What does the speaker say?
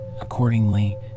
accordingly